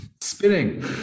spinning